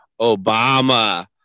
Obama